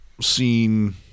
seen